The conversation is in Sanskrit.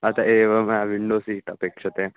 अत एव मया विण्डो सीट् अपेक्ष्यते